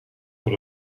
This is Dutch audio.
voor